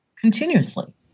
continuously